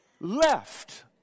left